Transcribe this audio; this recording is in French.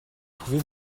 pouvez